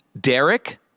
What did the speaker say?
Derek